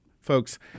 folks